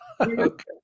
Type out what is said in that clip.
okay